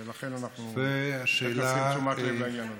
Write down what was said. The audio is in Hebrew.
ולכן אנחנו מקדישים תשומת לב לעניין הזה.